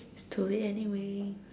it's too late anyway